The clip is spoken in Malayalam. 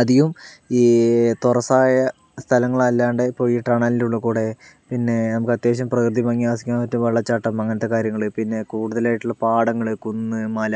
അധികവും ഈ തുറസ്സായ സ്ഥലങ്ങൾ അല്ലാണ്ട് ഇപ്പോൾ ഈ ടണലിൻ്റെ ഉള്ളി കൂടെ പിന്നെ നമുക്ക് അത്യാവശ്യം പ്രകൃതി ഭംഗി ആസ്വദിക്കാൻ പറ്റും വെള്ളച്ചാട്ടം അങ്ങനത്തെ കാര്യങ്ങള് പിന്നെ കൂടുതലായിട്ടുള്ള പാടങ്ങള് കുന്ന് മല